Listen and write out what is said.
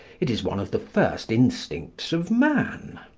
it is one of the first instincts of man.